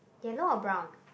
yellow or brown